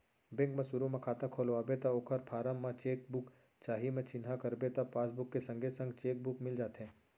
bank म सुरू म खाता खोलवाबे त ओकर फारम म चेक बुक चाही म चिन्हा करबे त पासबुक के संगे संग चेक बुक मिल जाथे